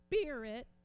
spirit